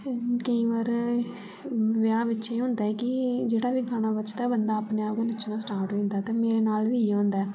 केई बार ब्याह् बिच एह् होंदा ऐ कि जेह्ड़ा बी गाना बजदा बंदा अपने आप गे नचना स्टार्ट होई जंदा ते मेरे नाल बी इ'यै होंदा ऐ